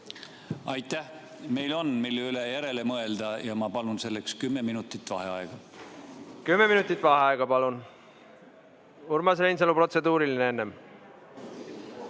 Aitäh! Meil on, mille üle järele mõelda, ja ma palun selleks kümme minutit vaheaega. Kümme minutit vaheaega, palun! Urmas Reinsalu, protseduuriline enne.